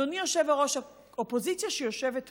אדוני היושב-ראש, האופוזיציה שיושבת פה,